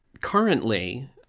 currently